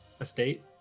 estate